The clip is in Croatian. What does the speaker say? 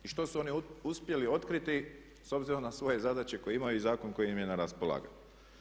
I što su oni uspjeli otkriti s obzirom na svoje zadaće koje ima i zakon koji im je na raspolaganju.